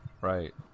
Right